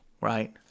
right